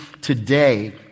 today